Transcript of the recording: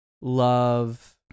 love